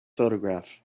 photograph